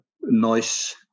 noise